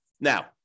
Now